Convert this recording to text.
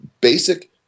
basic